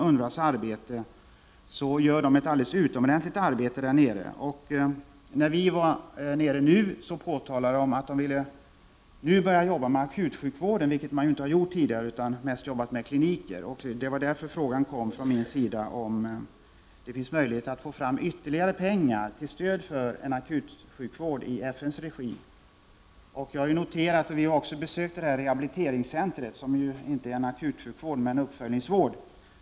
UNRWA gör ett alldeles utomordentligt arbete där nere, efter vad jag har sett. När vi var nere nu påtalade UNRWA att man ville börja arbeta med akutsjukvård, vilket man inte har gjort tidigare. UNRWA har mest arbetat med kliniker. Det var därför frågan kom från min sida om det finns möjlighet att få fram ytterligare pengar till stöd för akutsjukvård i FN:s regi. Vi har också besökt ett rehabiliteringscenter som Diakonia skall driva, där man visserligen inte avser bedriva akutsjukvård utan uppföljningsvård.